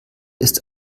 ist